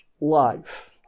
Life